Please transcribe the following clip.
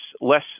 less